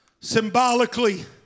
Symbolically